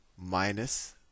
minus